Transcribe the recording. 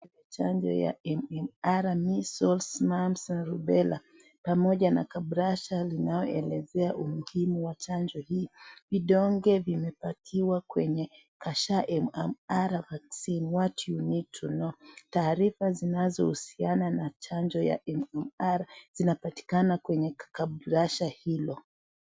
Chanjo ya MMR ni dhidi ya surua, matumbwitumbwi, na rubela, pamoja na kabrasha linaloelezea umuhimu wa chanjo hii. Vidonge vimepatiwa kwenye pasha la MMR vaccine what you need to know . Taarifa zinazohusiana na chanjo ya MMR zinapatikana kwenye kabrasha hilo.